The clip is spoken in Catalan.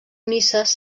misses